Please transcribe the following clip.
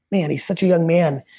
man, he's such a young man.